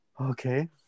Okay